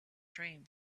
dream